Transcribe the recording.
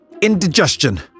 indigestion